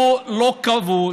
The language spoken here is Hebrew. הוא לא כבוש,